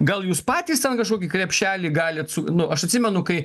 gal jūs patys ten kažkokį krepšelį galit su nu aš atsimenu kai